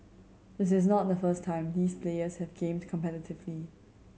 this is not the first time these players have gamed competitively